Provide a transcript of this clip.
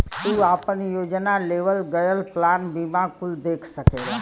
तू आपन योजना, लेवल गयल प्लान बीमा कुल देख सकला